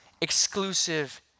exclusive